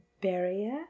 barrier